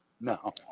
No